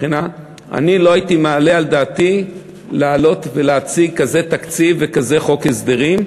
אני לא הייתי מעלה על דעתי לעלות ולהציג כזה תקציב וכזה חוק הסדרים,